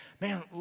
man